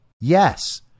Yes